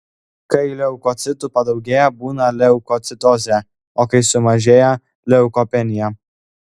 kai leukocitų padaugėja būna leukocitozė o kai sumažėja leukopenija